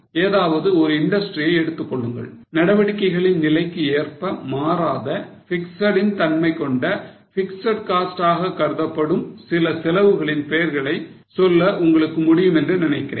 ஏதாவது ஒரு இண்டஸ்ட்ரியை எடுத்துக்கொள்ளுங்கள் நடவடிக்கைகளின் நிலைக்கு ஏற்ப மாறாத fixed ன் தன்மை கொண்ட பிக்ஸட் காஸ்ட் ஆக கருதப்படும் சில செலவுகளின் பெயர்களை சொல்ல உங்களுக்கு முடியும் என்று நினைக்கிறேன்